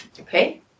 okay